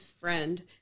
friend